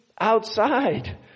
outside